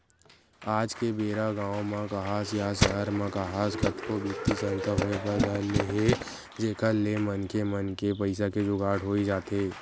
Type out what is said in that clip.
आज के बेरा गाँव म काहस या सहर म काहस कतको बित्तीय संस्था होय बर धर ले हे जेखर ले मनखे मन के पइसा के जुगाड़ होई जाथे